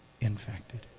infected